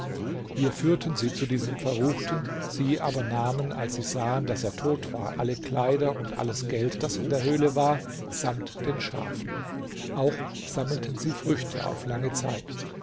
wir führten sie zu diesem verruchten sie aber nahmen als sie sahen daß er tot war alle kleider und alles geld das in der höhle war samt den schafen auch sammelten sie früchte auf lange zeit